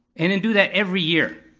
and then do that every year.